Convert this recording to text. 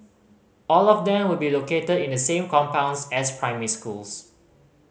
all of them will be located in the same compounds as primary schools